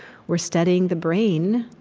we're studying the brain,